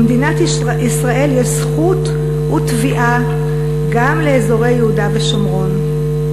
למדינת ישראל יש זכות ותביעה גם לאזורי יהודה ושומרון.